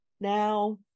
now